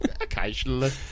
occasionally